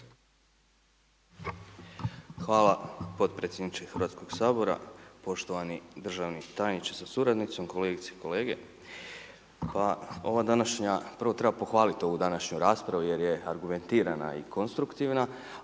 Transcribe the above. Hvala potpredsjedniče Hrvatskog sabora. Poštovani državni tajniče sa suradnicom, kolegice i kolege. Prvo treba pohvaliti ovu današnju raspravu jer je argumentirana i konstruktivna,